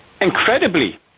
Incredibly